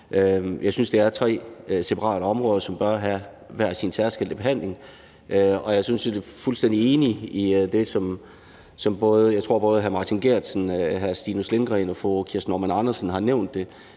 Jeg synes, at det er tre separate områder, som bør have hver sin særskilte behandling. Jeg er sådan set fuldstændig enig i det, som både hr. Martin Geertsen, hr. Stinus Lindgreen og fru Kirsten Normann Andersen har nævnt,